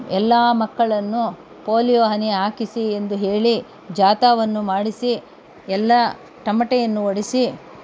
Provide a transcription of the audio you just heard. ಎಲ್ಲ ಮಕ್ಕಳನ್ನು ಪೋಲಿಯೋ ಹನಿ ಹಾಕಿಸಿ ಎಂದು ಹೇಳಿ ಜಾಥಾವನ್ನು ಮಾಡಿಸಿ ಎಲ್ಲ ತಮಟೆಯನ್ನು ಹೊಡೆಸಿ